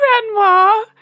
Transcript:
Grandma